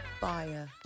fire